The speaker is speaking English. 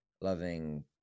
loving